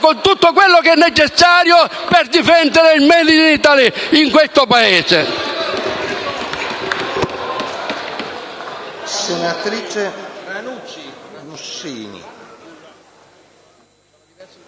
con tutto quello che è necessario per difendere il *made in Italy* in questo Paese.